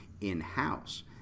in-house